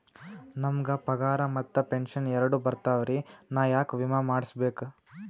ನಮ್ ಗ ಪಗಾರ ಮತ್ತ ಪೆಂಶನ್ ಎರಡೂ ಬರ್ತಾವರಿ, ನಾ ಯಾಕ ವಿಮಾ ಮಾಡಸ್ಬೇಕ?